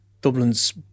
Dublin's